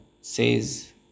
says